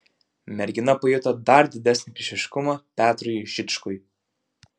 mergina pajuto dar didesnį priešiškumą petrui žičkui